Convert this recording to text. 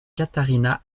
katharina